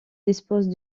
dispose